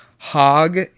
hog